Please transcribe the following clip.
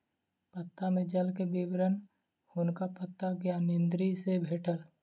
पत्ता में जल के विवरण हुनका पत्ता ज्ञानेंद्री सॅ भेटल